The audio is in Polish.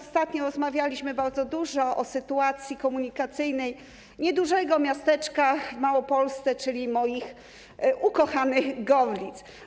Ostatnio rozmawialiśmy bardzo dużo o sytuacji komunikacyjnej niedużego miasteczka w Małopolsce, czyli moich ukochanych Gorlic.